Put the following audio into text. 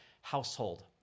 household